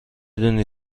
دونی